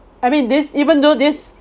I mean this even though this